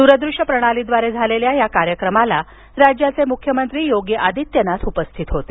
दूर दृश्य प्रणालीद्वारे झालेल्या या कार्यक्रमाला राज्याचे मुख्यमंत्री योगी आदित्यनाथ उपस्थित होते